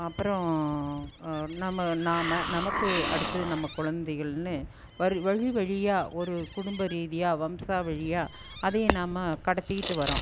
அப்புறம் நம்ம நாம் நமக்கு அடுத்து நம்ம குழந்தைகள்னு வரி வழி வழியாக ஒரு குடும்ப ரீதியாக வம்சா வழியாக அதையும் நாம் கடத்திக்கிட்டு வரோம்